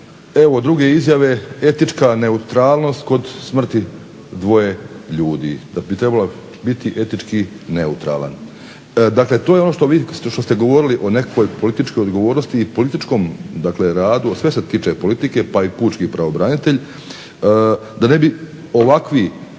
evo druge izjave, etička neutralnost kod smrti dvoje ljudi, da bi trebala biti etički neutralan. Dakle, to je ono što ste vi govorili o nekakvoj političkoj odgovornosti i političkom, dakle radi, sve se tiče politike pa i pučki pravobranitelj. Da ne bi ovakvi